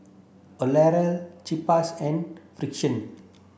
L'Oreal Chaps and Frixion